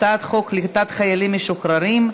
הצעת חוק המאבק בשחיתות הציבורית,